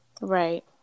Right